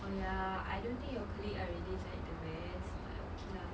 oh ya I don't think your colleague are really like the best but okay lah